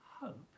hope